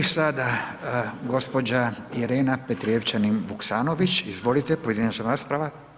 I sada gđa. Irena Petrijevčanin Vuksanović, izvolite, pojedinačna rasprava.